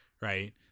right